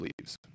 leaves